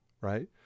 right